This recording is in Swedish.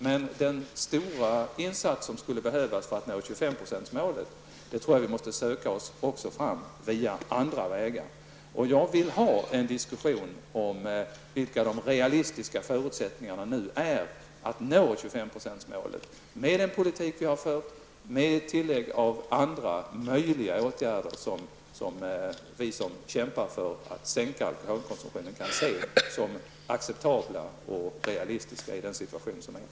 Men de stora insatser som skulle behövas för att uppnå 25 procentsmålet tror jag vi måste söka oss fram till också på andra vägar. Jag vill få till stånd en diskussion om vilka de realistiska förutsättningarna är för att uppnå det målet. Det kan ske med den politik vi har fört tillsammans med andra möjliga åtgärder som vi som kämpar för att sänka alkoholkonsumtionen kan se som acceptabla och realistiska i nuvarande läge.